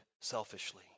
selfishly